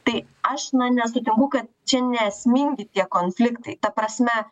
tai aš na nesutinku kad čia neesmingi tie konfliktai ta prasme